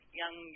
young